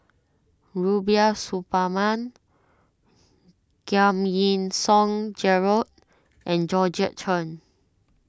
Rubiah Suparman Giam Yean Song Gerald and Georgette Chen